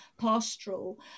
pastoral